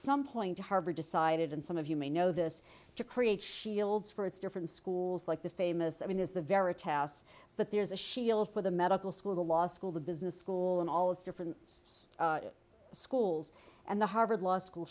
some point harvard decided and some of you may know this to create shields for it's different schools like the famous i mean this is the very tasks but there's a shield for the medical school the law school the business school in all its different schools and the harvard law school